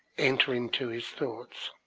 enter into his thoughts.